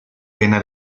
pena